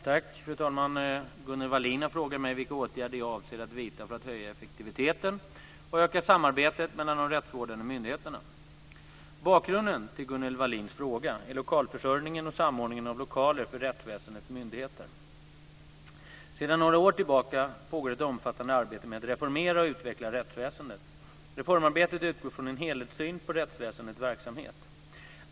Fru talman! Gunnel Wallin har frågat mig vilka åtgärder jag avser att vidta för att höja effektiviteten och öka samarbetet mellan de rättsvårdande myndigheterna. Bakgrunden till Gunnel Wallins fråga är lokalförsörjningen och samordningen av lokaler för rättsväsendets myndigheter. Sedan några år tillbaka pågår ett omfattande arbete med att reformera och utveckla rättsväsendet. Reformarbetet utgår från en helhetssyn på rättsväsendets verksamhet.